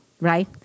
right